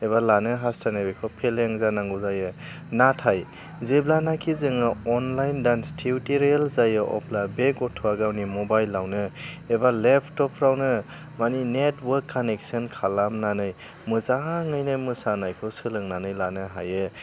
एबा लानो हास्थायनाय बेखौ फेलें जानांगौ जायो नाथाय जेब्लानाखि जोङो अनलाइन दान्स टिउथ'रियेल जायो अब्ला बे गथ'आ गावनि मबाइलआवनो एबा लेफटपफोरावनो माने नेटवार्क कानेकसन खालामनानै मोजाङैनो मोसानायखौ सोलोंनानै लानो हायो